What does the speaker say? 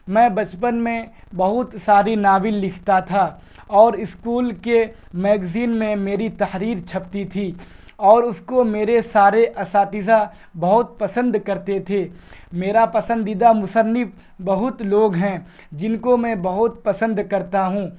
میں بچپن میں بہت ساری ناول لکھتا تھا اور اسکول کے میگزین میں میری تحریر چھپتی تھی اور اس کو میرے سارے اساتذہ بہت پسند کرتے تھے میرا پسندیدہ مصنف بہت لوگ ہیں جن کو میں بہت پسند کرتا ہوں